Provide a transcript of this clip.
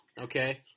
okay